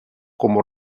como